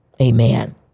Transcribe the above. Amen